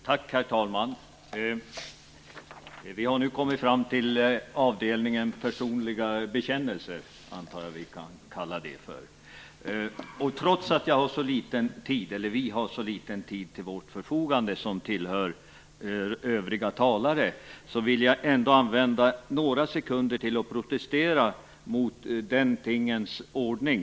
Herr talman! Vi har nu kommit fram till något som vi kan kalla för avdelningen för personliga bekännelser. Trots att vi som tillhör övriga talare har så liten tid till vårt förfogande vill jag ändå använda några sekunder till att protestera mot den tingens ordning.